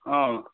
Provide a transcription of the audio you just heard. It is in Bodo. अ